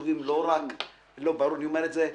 אני אומר את זה בשמי,